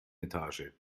etage